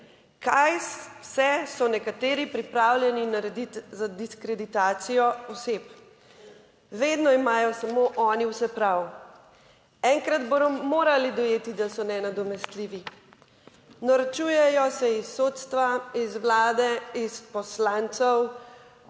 Kaj vse so nekateri pripravljeni narediti za diskreditacijo oseb? Vedno imajo samo oni vse prav. Enkrat bodo morali dojeti, da so nenadomestljivi. Norčujejo se iz sodstva, iz vlade, iz poslancev,